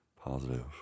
positive